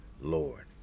Lord